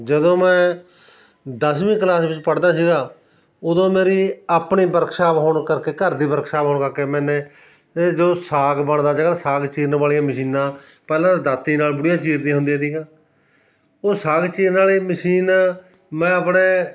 ਜਦੋਂ ਮੈਂ ਦਸਵੀਂ ਕਲਾਸ ਵਿੱਚ ਪੜ੍ਹਦਾ ਸੀਗਾ ਉਦੋਂ ਮੇਰੀ ਆਪਣੀ ਵਰਕਸ਼ਾਪ ਹੋਣ ਕਰਕੇ ਘਰ ਦੀ ਵਰਕਸ਼ਾਪ ਹੋਣ ਕਰਕੇ ਮੈਨੇ ਜੋ ਸਾਗ ਬਣਦਾ ਸੀਗਾ ਸਾਗ ਚੀਰਨ ਵਾਲੀਆਂ ਮਸ਼ੀਨਾਂ ਪਹਿਲਾਂ ਦਾਤੀ ਨਾਲ ਬੁੜੀਆਂ ਚੀਰਦੀਆਂ ਹੁੰਦੀਆਂ ਤੀਆਂ ਉਹ ਸਾਗ ਚੀਰਨ ਵਾਲ਼ੀ ਮਸ਼ੀਨ ਮੈਂ ਆਪਣੇ